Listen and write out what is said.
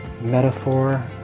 metaphor